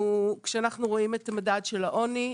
כשאנחנו רואים את המדד של העוני,